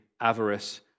avarice